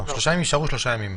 שלושה ימים יישארו שלושה ימים.